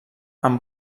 amb